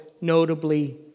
notably